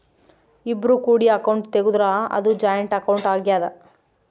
ಇಬ್ರು ಕೂಡಿ ಅಕೌಂಟ್ ತೆಗುದ್ರ ಅದು ಜಾಯಿಂಟ್ ಅಕೌಂಟ್ ಆಗ್ಯಾದ